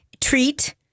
Treat